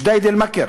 ג'דיידה-מכר: